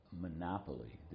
monopoly